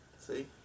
See